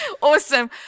Awesome